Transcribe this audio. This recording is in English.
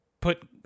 put